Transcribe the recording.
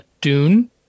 Dune